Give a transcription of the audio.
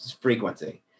frequency